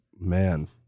Man